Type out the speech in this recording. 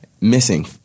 missing